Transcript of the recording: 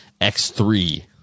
X3